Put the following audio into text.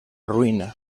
ruïna